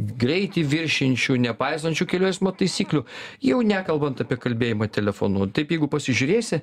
g greitį viršijančių nepaisančių kelių eismo taisyklių jau nekalbant apie kalbėjimą telefonu taip jeigu pasižiūrėsi